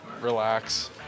relax